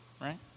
right